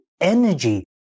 energy